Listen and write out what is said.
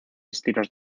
estilos